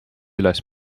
üles